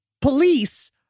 police